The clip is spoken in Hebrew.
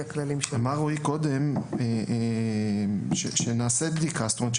הכללים --- אמר רועי קודם שכשנעשה בדיקה זאת אומרת,